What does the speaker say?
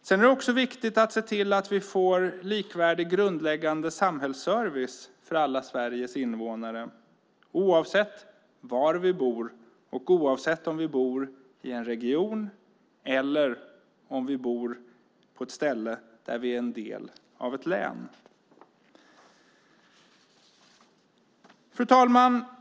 Det är också viktigt att se till att vi får en likvärdig grundläggande samhällsservice för alla Sveriges invånare oavsett var vi bor och oavsett om vi bor i en region eller om vi bor i ett län. Fru talman!